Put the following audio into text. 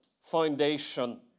foundation